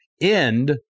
end